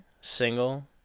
single